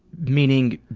meaning,